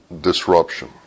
disruption